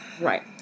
right